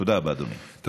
תודה רבה, אדוני.